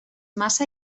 massa